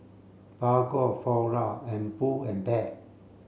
Bargo Flora and Pull and Bear